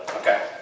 Okay